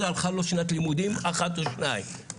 הלכה לו שנת לימודים אחת או שתיים.